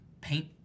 paint